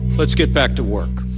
let's get back to work.